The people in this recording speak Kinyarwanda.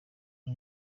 nta